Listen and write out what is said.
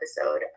episode